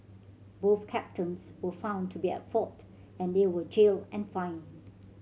both captains were found to be at fault and they were jailed and fined